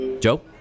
Joe